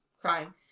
crying